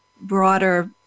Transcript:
broader